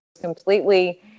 completely